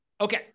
Okay